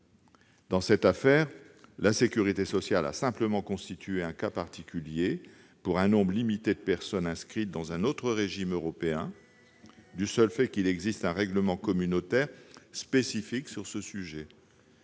Dans cette affaire, la sécurité sociale a simplement constitué un cas particulier pour un nombre limité de personnes inscrites dans un autre régime européen, du seul fait qu'il existe un règlement communautaire spécifique sur ce sujet.